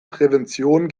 prävention